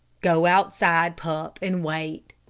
go outside, pup, and wait.